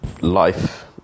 life